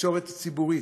בתקשורת הציבורית?